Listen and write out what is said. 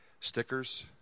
stickers